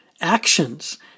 actions